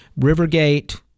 Rivergate